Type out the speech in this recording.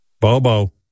Bobo